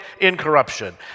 incorruption